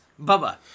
Bubba